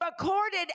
recorded